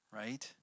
right